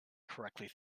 correctly